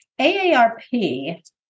AARP